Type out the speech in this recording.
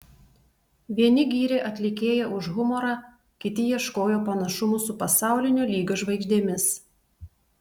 vieni gyrė atlikėją už humorą kiti ieškojo panašumų su pasaulinio lygio žvaigždėmis